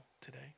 today